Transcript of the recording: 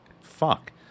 fuck